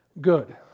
Good